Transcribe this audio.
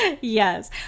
Yes